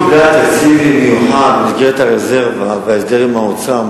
היא קיבלה תקציב מיוחד במסגרת הרזרבה והסדר עם האוצר,